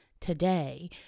today